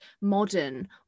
modern